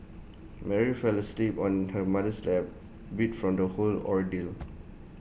Mary fell asleep on her mother's lap beat from the whole ordeal